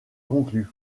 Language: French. conclu